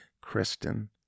Kristen